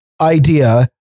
idea